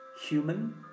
human